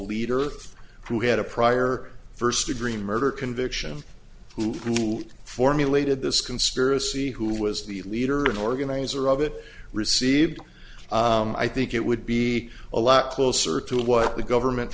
leader who had a prior first degree murder conviction who formulated this conspiracy who was the leader and organizer of it received i think it would be a lot closer to what the government